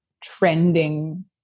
trending